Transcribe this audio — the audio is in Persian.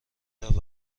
رود